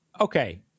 Okay